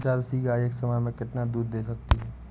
Jersey गाय एक समय में कितना दूध दे सकती है?